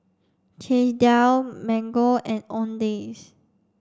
Chesdale Mango and Owndays